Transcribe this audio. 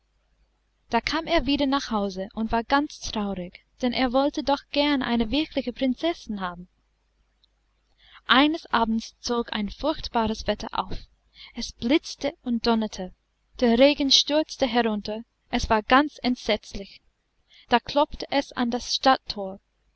da kam er wieder nach hause und war ganz traurig denn er wollte doch gern eine wirkliche prinzessin haben eines abends zog ein furchtbares wetter auf es blitzte und donnerte der regen stürzte herunter es war ganz entsetzlich da klopfte es an das stadtthor